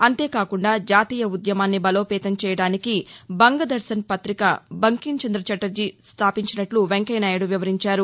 అంతేకాకుండా జాతీయ ఉధ్యమాన్ని బలోపేతం చేయడానికి బంగదర్శన్ పత్రిక బంకించంద్ర స్టాపించినట్లు వెంకయ్యనాయుడు వివరించారు